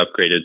upgraded